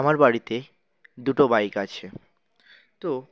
আমার বাড়িতে দুটো বাইক আছে তো